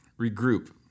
Regroup